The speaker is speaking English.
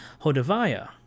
Hodaviah